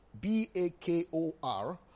B-A-K-O-R